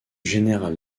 général